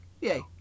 yay